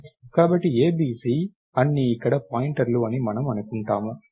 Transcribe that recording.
కాబట్టి A B C అన్నీ ఇక్కడ పాయింటర్లు అని మనము అనుకుంటాము